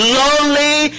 lonely